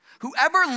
whoever